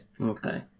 Okay